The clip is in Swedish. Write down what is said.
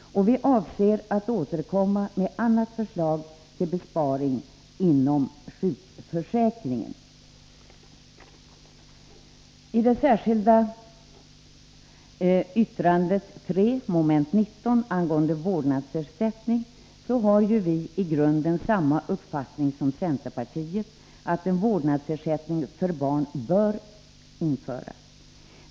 Vi avser att återkomma med annat förslag till besparingar inom sjukförsäkringen. I det särskilda yttrandet 3 under mom. 19, vårdnadsersättning, framför vi i grunden samma uppfattning som centerpartiet om att en vårdnadsersättning för barn bör införas.